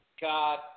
God